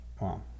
Wow